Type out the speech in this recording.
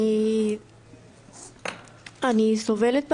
אני סובלת בלילות,